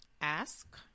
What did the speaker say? Ask